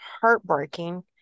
heartbreaking